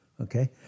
okay